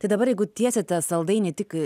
tai dabar jeigu tiesiate saldainį tik